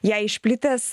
jei išplitęs